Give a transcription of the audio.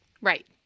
right